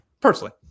personally